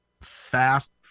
fast